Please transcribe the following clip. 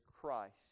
Christ